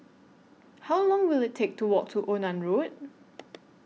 How Long Will IT Take to Walk to Onan Road